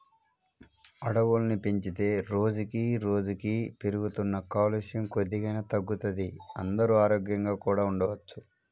అడవుల్ని పెంచితే రోజుకి రోజుకీ పెరుగుతున్న కాలుష్యం కొద్దిగైనా తగ్గుతది, అందరూ ఆరోగ్యంగా కూడా ఉండొచ్చు